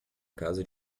casa